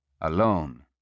Alone